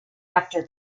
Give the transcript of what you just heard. after